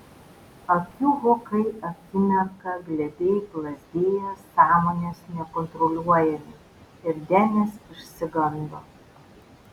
akių vokai akimirką glebiai plazdėjo sąmonės nekontroliuojami ir denis išsigando